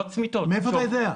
מאיפה אתה יודע?